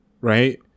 right